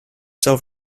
self